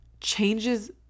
changes